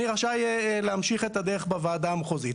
אני רשאי להמשיך את הדרך בוועדה מחוזית.